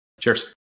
Cheers